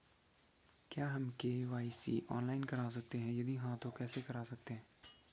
क्या हम KYC online करा सकते हैं यदि हाँ तो कैसे करा सकते हैं?